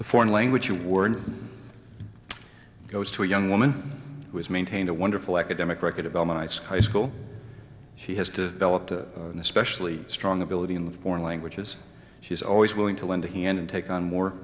the foreign language you weren't goes to a young woman who has maintained a wonderful academic record about my sky school she has to develop an especially strong ability in the foreign languages she's always willing to lend a hand and take on more